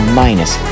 minus